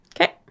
Okay